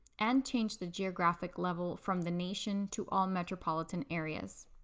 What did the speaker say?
and change the geographic level from the nation to all metropolitan areas.